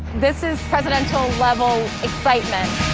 this is presidential level excitement.